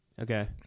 Okay